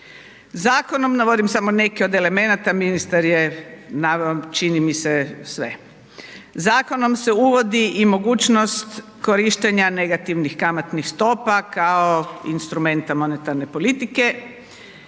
Zakonom, navodim samo neke od elemenata, ministar je naveo čini mi se sve, zakonom se uvodi i mogućnost korištenja negativnih kamatnih stopa kao instrumenta monetarne politike,